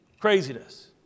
craziness